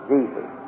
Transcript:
Jesus